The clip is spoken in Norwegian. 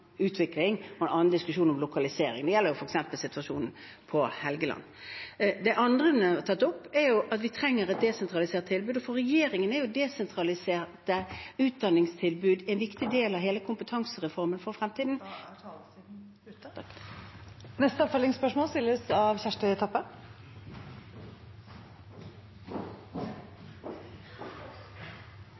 utvikling og en annen diskusjon om lokalisering. Det gjelder f.eks. situasjonen på Helgeland. Det andre hun har tatt opp, er at vi trenger et desentralisert tilbud. For regjeringen er desentraliserte utdanningstilbud en viktig del av hele kompetansereformen for fremtiden. Taletiden er ute. Kjersti Toppe – til oppfølgingsspørsmål.